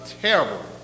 terrible